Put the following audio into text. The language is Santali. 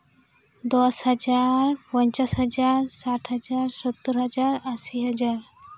ᱫᱚᱥ ᱦᱟᱡᱟᱨ ᱯᱚᱧᱪᱟᱥ ᱦᱟᱡᱟᱨ ᱥᱟᱴ ᱦᱟᱡᱟᱨ ᱥᱳᱛᱛᱳᱨ ᱦᱟᱡᱟᱨ ᱟᱥᱤ ᱦᱟᱡᱟᱨ